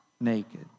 naked